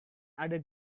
other